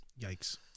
Yikes